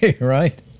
right